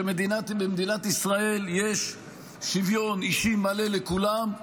שבמדינת ישראל יש שוויון אישי מלא לכולם,